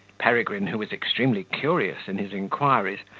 peregrine, who was extremely curious in his inquiries,